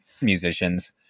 musicians